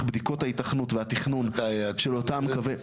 בדיקות ההיתכנות והתכנון של אותם קווי,